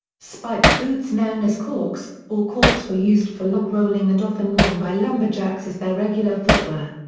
spiked boots known as caulks or corks were used for log rolling and often worn by lumberjacks as their regular footwear.